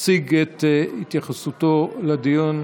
להציג את התייחסותו לדיון.